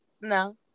No